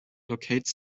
locates